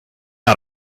out